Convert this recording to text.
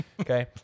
okay